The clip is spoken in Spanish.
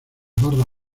barra